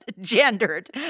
gendered